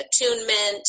attunement